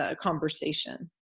conversation